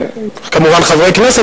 כמובן חברי כנסת,